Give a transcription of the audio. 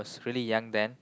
I was really young then